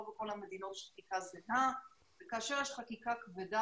לא בכל המדינות יש חקיקה זהה וכאשר יש חקיקה כבדה